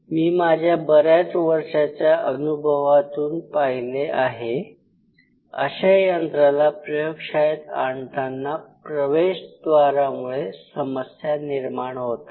मी माझ्या बऱ्याच वर्षांच्या अनुभवात पाहिले आहे अशा यंत्राला प्रयोगशाळेत आणताना प्रवेशद्वारामुळे समस्या निर्माण होतात